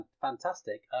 Fantastic